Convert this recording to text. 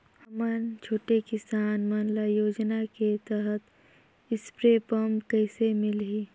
हमन छोटे किसान मन ल योजना के तहत स्प्रे पम्प कइसे मिलही?